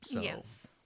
Yes